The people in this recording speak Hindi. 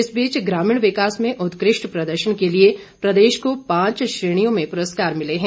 इस बीच ग्रामीण विकास में उत्कृष्ट प्रदर्शन के लिए प्रदेश को पांच श्रेणियों में पुरस्कार मिले हैं